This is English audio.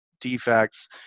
defects